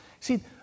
See